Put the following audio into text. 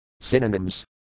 Synonyms